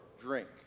drink